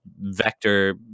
vector